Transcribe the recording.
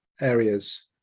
areas